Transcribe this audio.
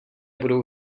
budou